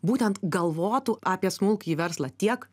būtent galvotų apie smulkųjį verslą tiek